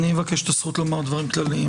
אני מבקש את הזכות לומר דברים כלליים.